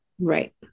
Right